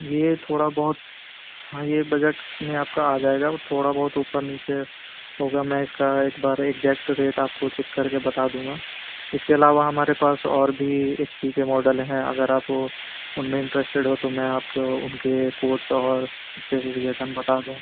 یہ تھوڑا بہت ہاں یہ بجٹ میں آپ کا آ جائے گا بس تھوڑا بہت اوپر نیچے ہوگا میں اس کا ایک بار ایک ایکجیٹ ریٹ آپ کو چیک کر کے بتا دوں گا اس کے علاوہ ہمارے پاس اور بھی ایچ پی کے ماڈل ہیں اگر آپ ان میں انٹریسٹڈ ہو تو میں آپ کو ان کے کوٹس اور اسپیسیفکیسن بتا دوں